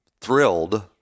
thrilled